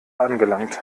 angelangt